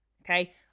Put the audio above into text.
okay